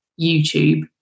YouTube